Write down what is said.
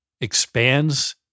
expands